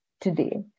today